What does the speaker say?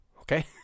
Okay